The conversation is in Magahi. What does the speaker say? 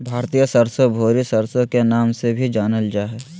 भारतीय सरसो, भूरी सरसो के नाम से भी जानल जा हय